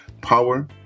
power